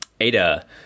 ada